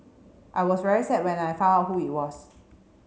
I was very sad when I found out who it was